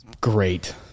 Great